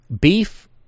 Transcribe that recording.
beef